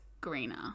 greener